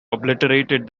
obliterated